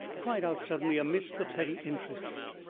cried out suddenly amidst the petty interests,